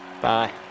bye